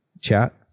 chat